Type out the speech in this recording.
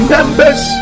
Members